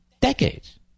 Decades